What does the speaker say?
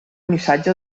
missatge